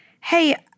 Hey